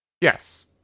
Yes